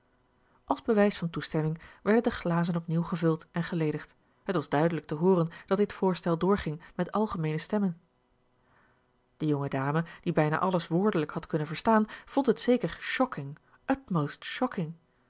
als bewijs van toestemming werden de glazen opnieuw gevuld en geledigd het was duidelijk te hooren dat dit voorstel doorging met algemeene stemmen de jonge dame die bijna alles woordelijk had kunnen verstaan vond het zeker shocking utmost shocking